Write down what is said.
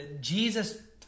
Jesus